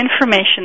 information